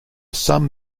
some